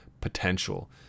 potential